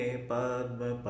Padma